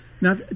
Now